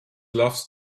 loves